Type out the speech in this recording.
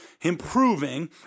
improving